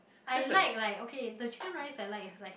I like like okay the chicken rice I like is like